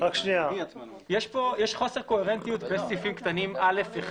יש חוסר קוהרנטיות בין סעיפים קטנים (א1),